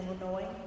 Illinois